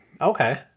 Okay